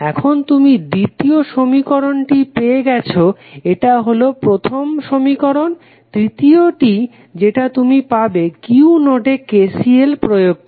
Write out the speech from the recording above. এখন তুমি দ্বিতীয় সমীকরণটি পেয়ে গেছো এটা হলো প্রথম সমীকরণ তৃতীয়টি যেটা তুমি পাবে Q নোডে KCL প্রয়োগ করে